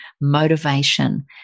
motivation